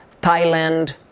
Thailand